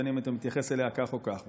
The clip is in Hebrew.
בין אם אתה מתייחס אליה כך או כך.